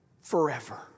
Forever